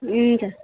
हुन्छ